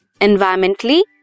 environmentally